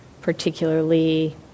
particularly